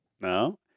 No